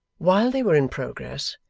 while they were in progress,